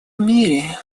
мире